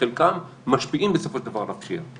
שחלקם משפיעים בסופו של דבר על הפשיעה,